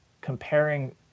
comparing